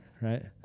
right